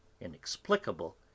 inexplicable